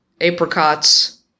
apricots